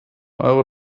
euro